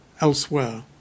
elsewhere